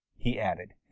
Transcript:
he added.